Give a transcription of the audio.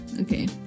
Okay